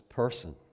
person